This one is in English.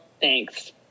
thanks